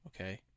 okay